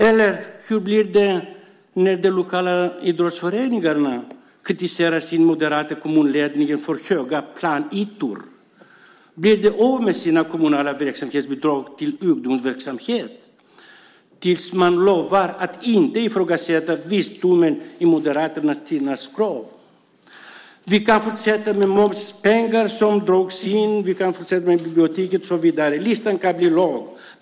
Hur blir det när de lokala idrottsföreningarna kritiserar sin moderata kommunledning för höga planytor? Blir de av med sina kommunala verksamhetsbidrag till ungdomsverksamhet till dess att de lovar att inte ifrågasätta visdomen i Moderaternas tystnadskrav? Vi kan fortsätta med att tala om momspengar som drogs in, med bibliotek och så vidare. Listan kan bli lång.